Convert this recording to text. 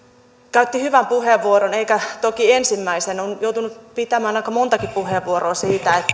käytti hyvän puheenvuoron eikä toki ensimmäistä vaan hän on joutunut pitämään aika montakin puheenvuoroa siitä